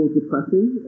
depressing